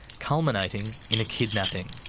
culminating in a kidnapping.